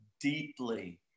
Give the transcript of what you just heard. deeply